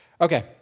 Okay